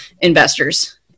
investors